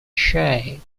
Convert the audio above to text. shape